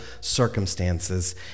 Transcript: circumstances